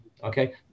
Okay